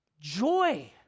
Joy